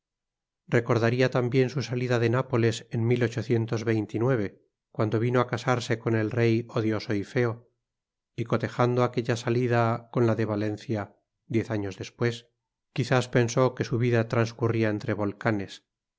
recordaría también su salida de nápoles en cuando vino a casarse con el rey odioso y feo y cotejando aquella salida con la de valencia diez años después quizás pensó que su vida transcurría entre volcanes